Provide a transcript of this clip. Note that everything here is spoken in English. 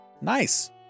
Nice